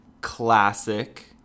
classic